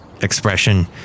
Expression